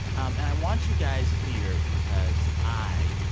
and i want you guys here because i,